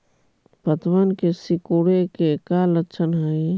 पत्तबन के सिकुड़े के का लक्षण हई?